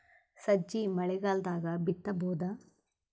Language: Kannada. ಸಜ್ಜಿ ಮಳಿಗಾಲ್ ದಾಗ್ ಬಿತಬೋದ?